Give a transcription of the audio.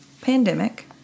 pandemic